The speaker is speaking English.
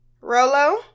Rolo